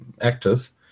actors